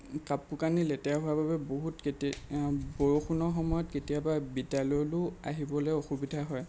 কাপোৰ কানি লেতেৰা হোৱাৰ বাবে বহুত কেতিয়াবা বৰষুণৰ সময়ত কেতিয়াবা বিদ্যালয়লৈও আহিবলৈ অসুবিধা হয়